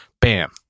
bam